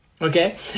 okay